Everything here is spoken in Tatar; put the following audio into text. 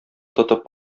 тотып